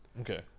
Okay